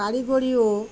কারিগরিও